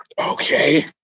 okay